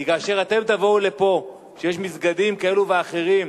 כי כאשר אתם תבואו לפה, כשיש מסגדים כאלה ואחרים,